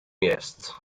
jest